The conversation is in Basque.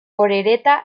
orereta